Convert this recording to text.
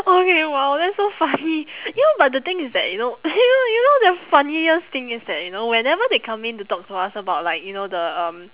okay !wow! that's so funny you know but the thing is that you know you know you know the funniest thing is that you know whenever they come in to talk to us about like you know the um